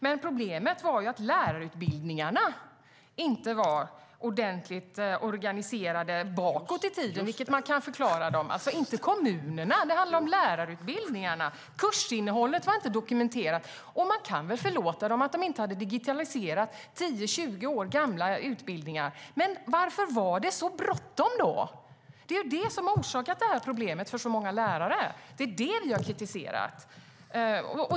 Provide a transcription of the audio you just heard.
Men problemet var att lärarutbildningarna inte var ordentligt organiserade bakåt i tiden, vilket kan förklara det. Det är inte kommunernas fel; det handlar om lärarutbildningarna. Kursinnehållet var inte dokumenterat. Man kan väl förlåta dem för att de inte hade digitaliserat 10-20 år gamla utbildningar. Varför var det så bråttom? Det är det som har orsakat problem för många lärare. Det är det jag kritiserar.